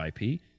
IP